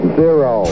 zero